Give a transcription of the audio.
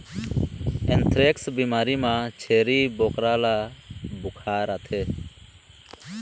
anthrax बिमारी म छेरी बोकरा ल बुखार आथे